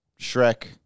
Shrek